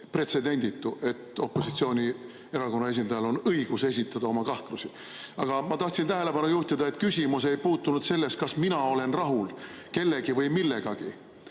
et opositsioonierakonna esindajal on õigus esitada oma kahtlusi. Aga ma tahtsin tähelepanu juhtida, et küsimus ei puutunud sellesse, kas mina olen rahul kellegagi või millegagi